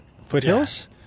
Foothills